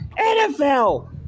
NFL